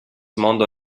mondo